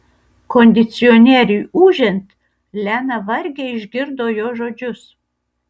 kondicionieriui ūžiant lena vargiai išgirdo jo žodžius